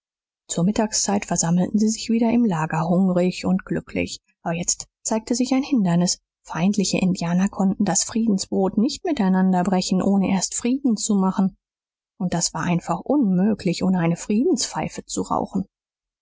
zur mittagszeit versammelten sie sich wieder im lager hungrig und glücklich aber jetzt zeigte sich ein hindernis feindliche indianer konnten das friedensbrot nicht miteinander brechen ohne erst frieden zu machen und das war einfach unmöglich ohne eine friedenspfeife zu rauchen